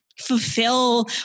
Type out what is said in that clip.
fulfill